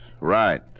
Right